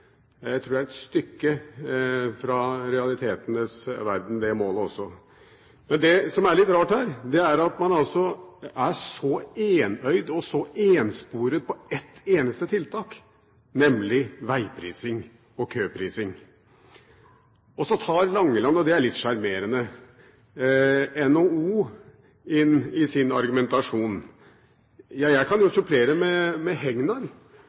tror jeg er et stykke fra realitetenes verden, det også. Men det som er litt rart her, er at man er så enøyd og så ensporet på ett eneste tiltak, nemlig vegprising og køprising. Og så tar Langeland – og det er litt sjarmerende – NHO inn i sin argumentasjon. Jeg kan supplere med Hegnar,